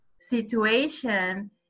situation